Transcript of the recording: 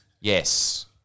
yes